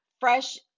fresh